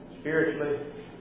Spiritually